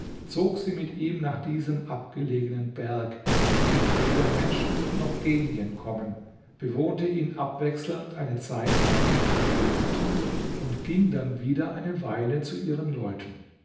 zog sie mit ihm nach diesem abgelegenen berg zu dem weder menschen noch genien kommen bewohnte ihn abwechselnd eine zeitlang mit ihrem geliebten und ging dann wieder eine weile zu ihren leuten